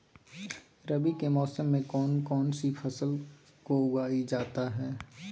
रवि के मौसम में कौन कौन सी फसल को उगाई जाता है?